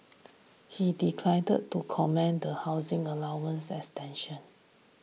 he declined to comment the housing allowance extension